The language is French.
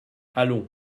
allons